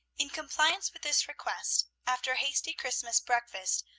in compliance with this request, after a hasty christmas breakfast,